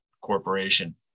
Corporation